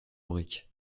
briques